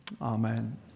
Amen